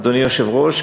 אדוני היושב-ראש,